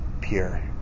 pure